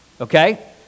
okay